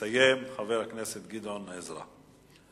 ויסיים חבר הכנסת גדעון עזרא.